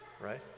right